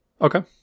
Okay